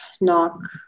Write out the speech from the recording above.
knock